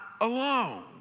alone